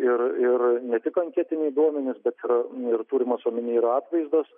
ir ir ne tik anketiniai duomenys bet ir ir turimas omeny ir atvaizdus